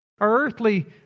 earthly